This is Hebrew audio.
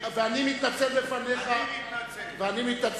ואני מתנצל לפניך אני מתנצל.